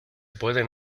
pueden